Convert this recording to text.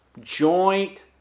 joint